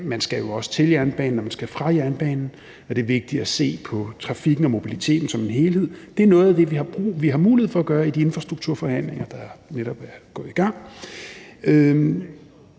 at man jo også skal til jernbanen og fra jernbanen. Det er vigtigt at se på trafikken og mobiliteten som helhed. Det er noget af det, vi har mulighed for at gøre i de infrastrukturforhandlinger, der netop er gået i gang.